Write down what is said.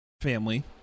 family